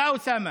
יא אוסאמה,